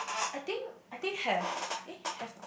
I think I think have eh have not